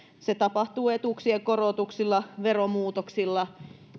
se tapahtuu etuuksien korotuksilla veromuutoksilla